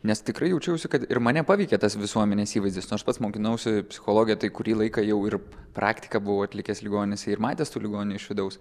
nes tikrai jaučiausi kad ir mane paveikė tas visuomenės įvaizdis nors pats mokinausi psichologiją tai kurį laiką jau ir praktiką buvau atlikęs ligoninėse ir matęs tų ligoninių iš vidaus